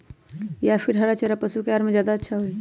या फिर हरा चारा पशु के आहार में ज्यादा अच्छा होई?